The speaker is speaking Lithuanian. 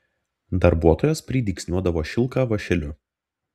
darbuotojos pridygsniuodavo šilką vąšeliu